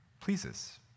pleases